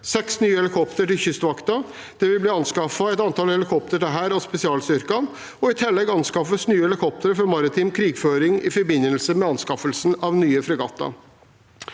nye helikoptre til Kystvakten, det vil bli anskaffet et antall helikoptre til Hæren og spesialstyrkene, og i tillegg anskaffes nye helikoptre for maritim krigføring i forbindelse med anskaffelsen av nye fregatter.